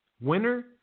Winner